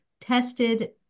tested